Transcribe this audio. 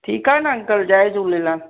ठीकु आहे न अंकल जय झूलेलाल